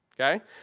okay